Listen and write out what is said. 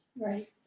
Right